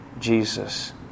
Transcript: Jesus